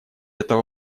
этого